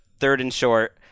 third-and-short